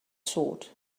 sword